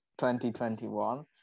2021